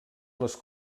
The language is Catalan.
les